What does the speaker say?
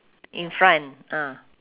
in front ah